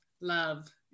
love